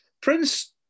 Prince